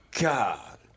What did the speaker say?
God